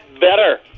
better